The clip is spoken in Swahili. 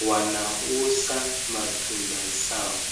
wanauza matunda zao.